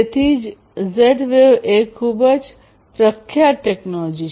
તેથીજ Z wave એ ખૂબ પ્રખ્યાત ટેકનોલોજી છે